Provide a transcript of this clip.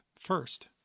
First